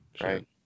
Right